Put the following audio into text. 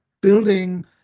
building